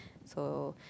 so